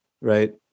Right